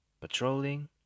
patrolling